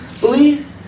believe